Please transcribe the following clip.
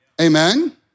Amen